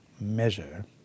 measure